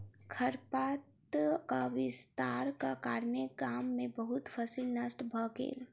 खरपातक विस्तारक कारणेँ गाम में बहुत फसील नष्ट भ गेल